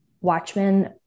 Watchmen